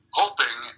hoping